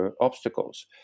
obstacles